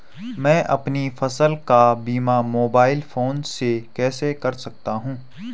मैं अपनी फसल का बीमा मोबाइल फोन से कैसे कर सकता हूँ?